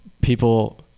people